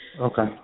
Okay